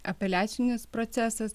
apeliacinis procesas